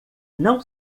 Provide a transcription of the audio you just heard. não